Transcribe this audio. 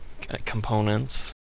components